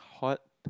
hot